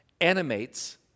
animates